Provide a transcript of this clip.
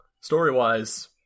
Story-wise